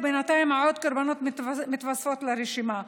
ובינתיים עד קורבנות מתווספות לרשימה.